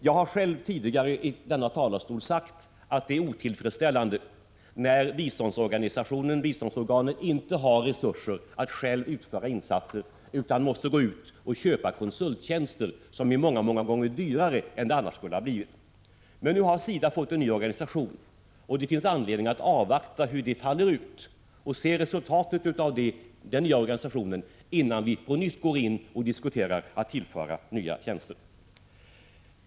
Jag har själv tidigare från denna talarstol sagt att det är otillfredsställande när biståndsorganet inte har resurser att själv utföra insatser utan måste gå ut och köpa konsulttjänster, som blir många gånger dyrare än det annars skulle ha blivit. Nu har emellertid SIDA fått en ny organisation, och det finns anledning att avvakta och se resultatet av den nya organisationen innan vi på nytt diskuterar frågan om att tillföra SIDA nya tjänster.